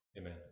Amen